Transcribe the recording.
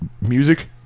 music